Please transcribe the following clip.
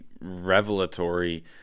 revelatory